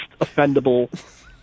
offendable